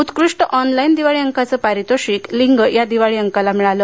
उत्कृष्ट ऑनलाइन दिवाळी अंकाचे पारितोषिक लिंग या दिवाळी अंकाला मिळाले